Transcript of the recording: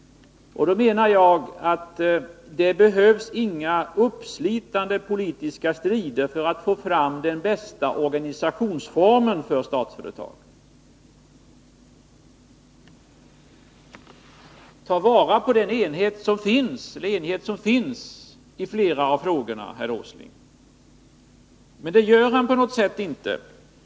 Då menar jag att det behövs inga uppslitande politiska strider för att få fram den bästa organisationsformen för Statsföretag. Tag vara på den enighet som finns i flera av frågorna, herr Åsling! Men det gör herr Åsling inte.